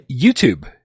YouTube